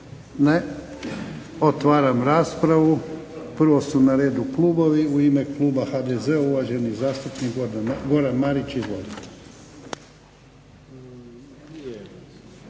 Ne. Otvaram raspravu. Prvo su na redu klubovi. U ime kluba HDZ-a uvaženi zastupnik Goran Marić, izvolite.